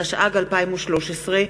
התשע"ג 2013,